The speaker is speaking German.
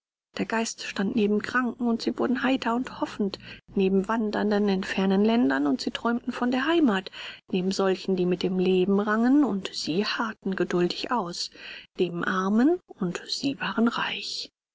der geist stand neben kranken und sie wurden heiter und hoffend neben wandernden in fernen ländern und sie träumten von der heimat neben solchen die mit dem leben rangen und sie harrten geduldig aus neben armen und sie waren reich